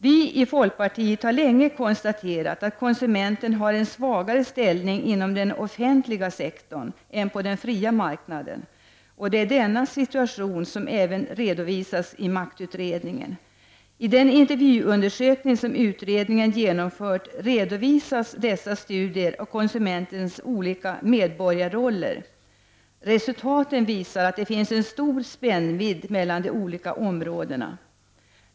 Vi i folkpartiet har länge konstaterat att konsumenten har en svagare ställning inom den offentliga tjänsteproduktionen än på den fria marknaden. Det är denna situation som även redovisas i maktutredningen. I den intervjuundersökning som utredningen genomfört redovisas dessa studier av konsumentens olika ”medborgarroller”. Resultaten visar att det finns en stor spännvid mellan de olika områdena.